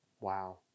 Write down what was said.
Wow